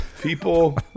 People